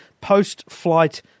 post-flight